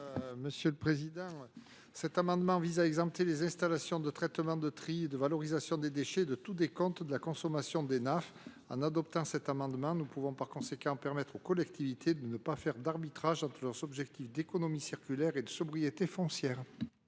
n° 49 rectifié. Cet amendement vise à exempter les installations de traitement de tri et de valorisation des déchets du décompte de la consommation d’Enaf. En adoptant cet amendement, nous permettrions aux collectivités de ne pas avoir à arbitrer entre leurs objectifs d’économie circulaire et de sobriété foncière,